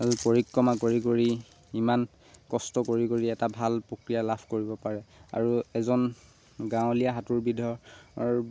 পৰিক্ৰমা কৰি কৰি ইমান কষ্ট কৰি কৰি এটা ভাল প্ৰক্ৰিয়া লাভ কৰিব পাৰে আৰু এজন গাঁৱলীয়া সাঁতোৰবিদৰ